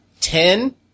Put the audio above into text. Ten